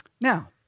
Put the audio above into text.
Now